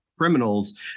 Criminals